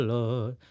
Lord